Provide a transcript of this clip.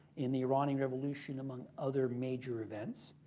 and the iranian revolution, among other major events.